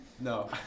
No